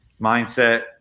mindset